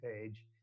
page